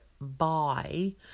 buy